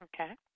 Okay